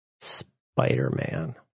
Spider-Man